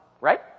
Right